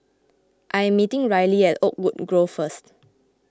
I am meeting Rylee at Oakwood Grove first